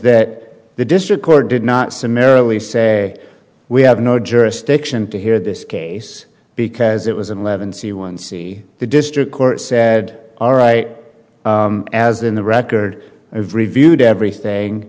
that the district court did not summarily say we have no jurisdiction to hear this case because it was an eleven c one c the district court said all right as in the record i've reviewed everything